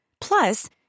Plus